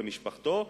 למשפחתו,